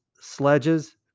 sledges